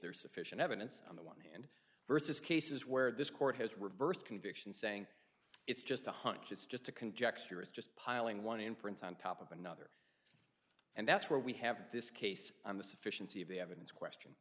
is sufficient evidence on the one versus cases where this court has reversed conviction saying it's just a hunch it's just a conjecture is just piling one inference on top of another and that's where we have this case on the sufficiency of the evidence question